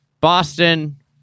Boston